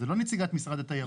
אז זה לא נציגת משרד התיירות.